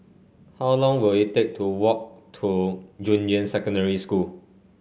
how long will it take to walk to Junyuan Secondary School